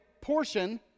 portion